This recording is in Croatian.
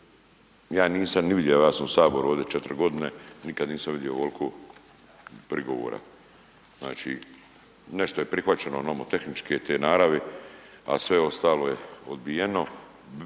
ja nisam ni vidio, evo ja sam u HS ovdje 4.g. nikad nisam vidio ovolko prigovora, znači nešto je prihvaćeno nomotehničke te naravi, a sve ostalo je odbijeno,